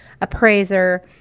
appraiser